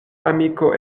amiko